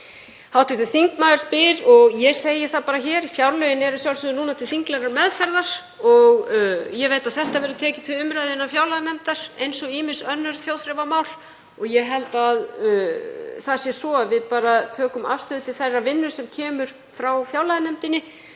Hv. þingmaður spyr og ég segi það bara hér: Fjárlögin eru að sjálfsögðu til þinglegrar meðferðar núna og ég veit að þetta verður tekið til umræðu innan fjárlaganefndar eins og ýmis önnur þjóðþrifamál. Ég held að það sé svo að við tökum bara afstöðu til þeirrar vinnu sem kemur frá fjárlaganefndinni.